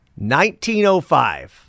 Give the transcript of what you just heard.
1905